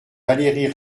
valérie